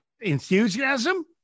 enthusiasm